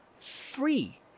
three